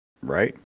Right